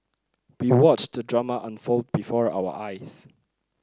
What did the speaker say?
we watched the drama unfold before our eyes